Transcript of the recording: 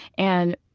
and